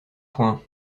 point